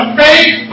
faith